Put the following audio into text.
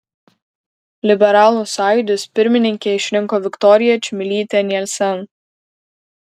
liberalų sąjūdis pirmininke išrinko viktoriją čmilytę nielsen